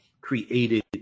created